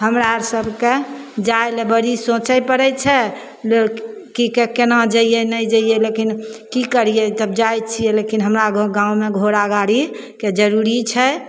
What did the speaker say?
हमरासभके जाइले बड़ी सोचै पड़ै छै लोक कि कोना जैए नहि जैए लेकिन कि करिए तब जाइ छिए लेकिन हमरा गाममे घोड़ा गाड़ीके जरूरी छै